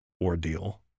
ordeal